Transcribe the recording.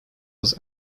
was